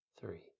three